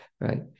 right